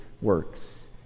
works